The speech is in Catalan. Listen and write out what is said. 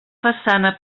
façana